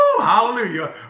hallelujah